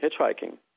hitchhiking